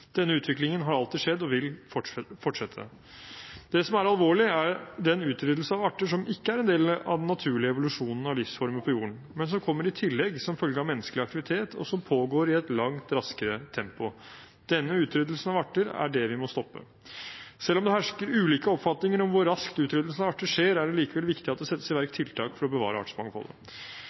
Denne utviklingen har alltid skjedd og vil fortsette. Det som er alvorlig, er den utryddelse av arter som ikke er en del av den naturlige evolusjonen og livsformen på jorden, men som kommer i tillegg som følge av menneskelig aktivitet, og som pågår i et langt raskere tempo. Denne utryddelsen av arter er det vi må stoppe. Selv om det hersker ulike oppfatninger om hvor raskt utryddelsen av arter skjer, er det likevel viktig at det settes i